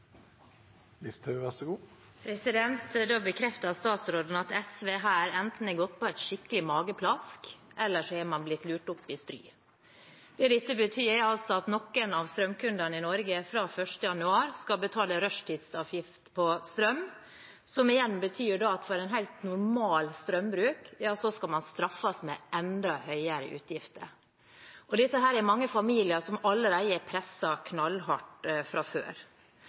gjøre dette, så det vil nok variere. Da bekrefter statsråden at SV enten har gått på et skikkelig mageplask, eller at man har blitt lurt opp i stry. Det dette betyr, er altså at noen av strømkundene i Norge fra 1. januar skal betale rushtidsavgift på strøm, som igjen betyr at for helt normal strømbruk skal man straffes med enda høyere utgifter. Dette er mange familier som allerede er presset knallhardt fra før.